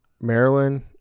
Maryland